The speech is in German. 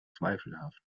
zweifelhaft